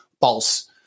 false